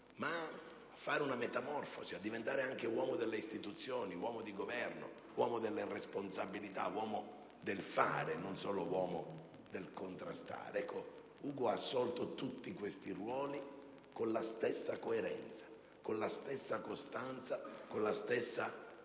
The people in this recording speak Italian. compiere una metamorfosi e diventare uomo delle istituzioni, uomo di governo, uomo delle responsabilità, uomo del fare e non solo uomo del contrastare. Ecco, Ugo ha svolto tutti questi ruoli con la stessa coerenza, con la stessa costanza, con la stessa